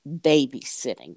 babysitting